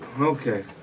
Okay